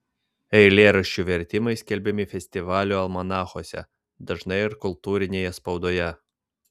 eilėraščių vertimai skelbiami festivalių almanachuose dažnai ir kultūrinėje spaudoje